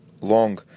long